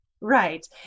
Right